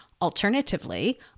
Alternatively